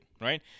right